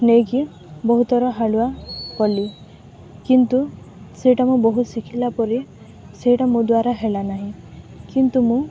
ନେଇକି ବହୁଥର ହାଳୁଆ କଲି କିନ୍ତୁ ସେଇଟା ମୁଁ ବହୁତ ଶିଖିଲା ପରେ ସେଇଟା ମୋ ଦ୍ୱାରା ହେଲା ନାହିଁ କିନ୍ତୁ ମୁଁ